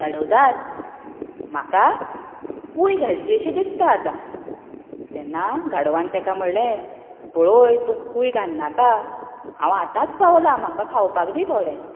गाडव दाद म्हाका कूय घालची अशी दिसता आता तेन्ना गाडवान तेका म्हणलें पळय तूं कूय घालनाका हांव आताच पावलां म्हाका खावपाक दी थोडे